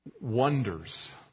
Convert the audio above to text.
wonders